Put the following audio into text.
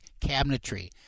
Cabinetry